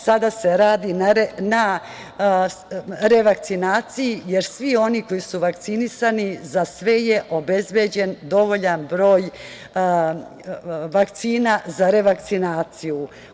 Sada se radi na revakcinaciji, jer svi oni koji su vakcinisani za sve je obezbeđen dovoljan broj vakcina za revakcinaciju.